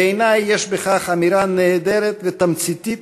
בעיני יש בכך אמירה נהדרת ותמציתית,